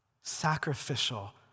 sacrificial